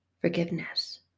forgiveness